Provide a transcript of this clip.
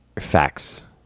facts